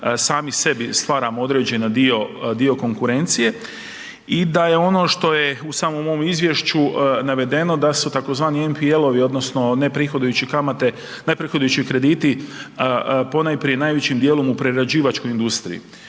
sami sebi stvaramo određeni dio, dio konkurencije i da je ono što je u samom mom izvješću navedeno da su tzv. NPL-ovi odnosno neprihodujuće kamate, neprihodujući krediti ponajprije najvećim dijelom u prerađivačkoj industriji,